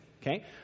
Okay